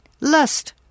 lust